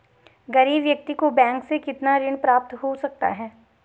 गरीब व्यक्ति को बैंक से कितना ऋण प्राप्त हो सकता है?